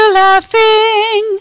laughing